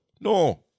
No